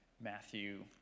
Matthew